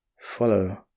follow